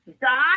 God